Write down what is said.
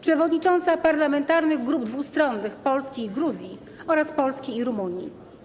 Przewodnicząca parlamentarnych grup dwustronnych Polski i Gruzji oraz Polski i Rumunii.